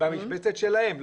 במשבצת שלהם.